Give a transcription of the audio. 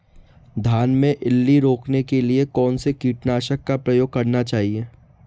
धान में इल्ली रोकने के लिए कौनसे कीटनाशक का प्रयोग करना चाहिए?